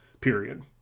period